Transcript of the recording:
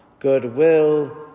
Goodwill